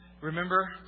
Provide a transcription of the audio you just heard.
Remember